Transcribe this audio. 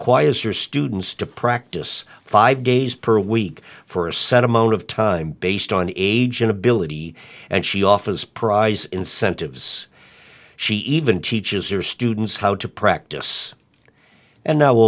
your students to practice five days per week for a set amount of time based on age and ability and she offers prize incentives she even teaches or students how to practice and now